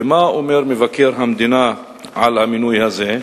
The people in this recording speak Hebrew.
ומה אומר מבקר המדינה על המינוי הזה?